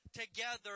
together